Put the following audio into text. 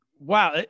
Wow